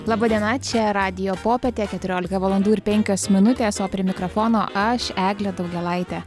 laba diena čia radijo popietė keturiolika valandų ir penkios minutės o prie mikrafono aš eglė daugėlaitė